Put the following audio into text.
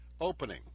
opening